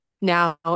now